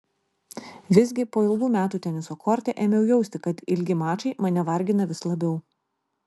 visgi po ilgų metų teniso korte ėmiau jausti kad ilgi mačai mane vargina vis labiau